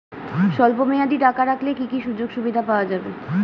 স্বল্পমেয়াদী টাকা রাখলে কি কি সুযোগ সুবিধা পাওয়া যাবে?